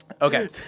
Okay